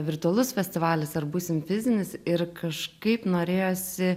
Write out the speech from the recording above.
virtualus festivalis ar būsim fizinis ir kažkaip norėjosi